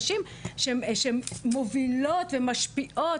נשים שהן מובילות ומשפיעות,